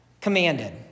commanded